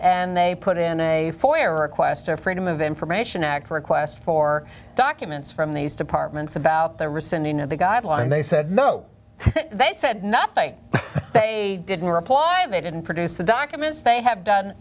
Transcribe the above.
and they put in a four year request of freedom of information act request for documents from these departments about the resending of the guideline they said no they said nothing they didn't reply they didn't produce the documents they have done